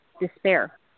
despair